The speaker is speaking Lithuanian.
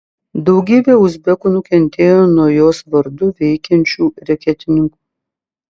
daugybė uzbekų nukentėjo nuo jos vardu veikiančių reketininkų